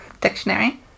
dictionary